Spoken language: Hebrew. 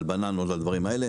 בננות ודברים כאלה.